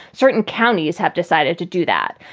certain counties have decided to do that.